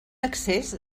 accés